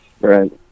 Right